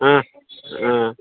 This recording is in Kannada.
ಹಾಂ ಹಾಂ